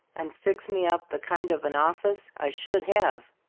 and fix me up the kind of an office i should have.